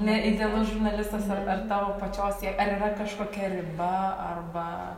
ne idealus žurnalistas ar ar tavo pačios jei ar yra kažkokia riba arba